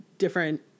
Different